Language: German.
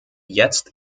jetzt